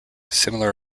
similar